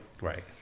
Right